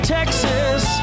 Texas